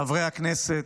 חברי הכנסת,